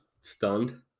stunned